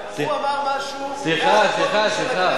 הוא אמר משהו מעל הפודיום של הכנסת לפני שבוע,